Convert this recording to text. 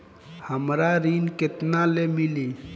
हमरा ऋण केतना ले मिली?